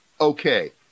okay